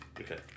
Okay